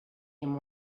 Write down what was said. him